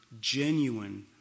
genuine